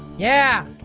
yeah.